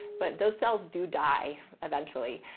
but those cells do die eventually.